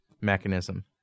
mechanism